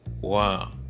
wow